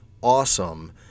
awesome